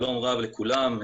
שלום רב לכולם.